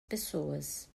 pessoas